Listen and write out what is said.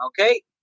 Okay